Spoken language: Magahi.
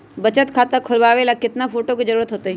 बचत खाता खोलबाबे ला केतना फोटो के जरूरत होतई?